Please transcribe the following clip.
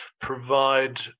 provide